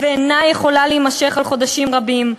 ואינה יכולה להימשך חודשים רבים.